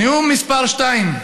נאום מס' 2: